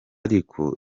ariko